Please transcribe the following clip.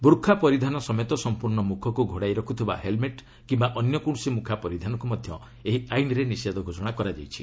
ବୂର୍ଖା ପରିଧାନ ସମେତ ସମ୍ପର୍ଶ୍ଣ ମୁଖକୁ ଘୋଡ଼ାଇ ରଖୁଥିବା ହେଲ୍ମେଟ୍ କିୟା ଅନ୍ୟ କୌଣସି ମୁଖା ପରିଧାନକୁ ମଧ୍ୟ ଏହି ଆଇନରେ ନିଷେଧ ଘୋଷଣା କରାଯାଇଛି